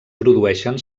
produeixen